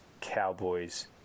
Cowboys